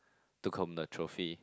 took home the trophy